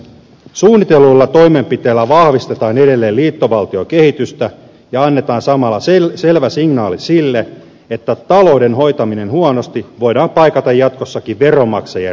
suunnitelluilla toimenpiteillä vahvistetaan edelleen liittovaltiokehitystä ja annetaan samalla selvä signaali sille että talouden hoitaminen huonosti voidaan paikata jatkossakin veronmaksajien rahoilla